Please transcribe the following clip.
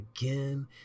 again